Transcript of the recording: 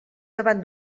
davant